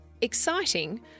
exciting